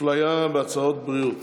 אפליה בהצהרת בריאות.